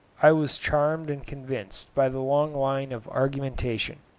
i was charmed and convinced by the long line of argumentation.